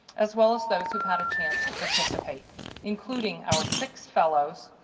as well as, those who've had a chance to participate including our six fellows,